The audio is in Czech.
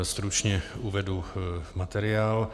Stručně uvedu materiál.